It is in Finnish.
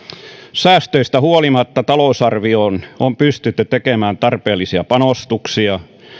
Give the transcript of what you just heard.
säästöistä huolimatta talousarvioon on pystytty tekemään tarpeellisia panostuksia